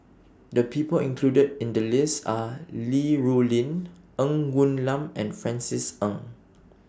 The People included in The list Are Li Rulin Ng Woon Lam and Francis Ng